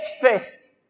first